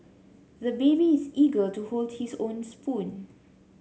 the baby is eager to hold his own spoon